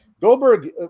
Goldberg